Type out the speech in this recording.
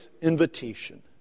invitation